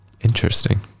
Interesting